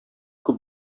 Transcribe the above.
күп